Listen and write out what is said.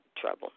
trouble